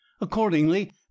accordingly